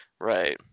Right